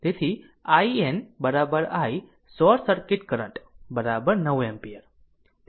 તેથી IN i short circuit current 9 ampere